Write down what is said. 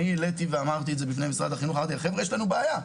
אמרתי למשרד החינוך: תעזרו לנו, יש לנו בעיה.